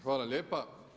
Hvala lijepa.